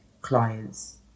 clients